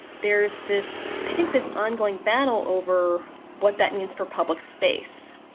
there's this i think this ongoing battle over what that means for public space.